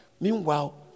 Meanwhile